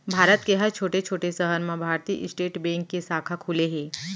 भारत के हर छोटे छोटे सहर म भारतीय स्टेट बेंक के साखा खुले हे